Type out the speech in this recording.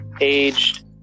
aged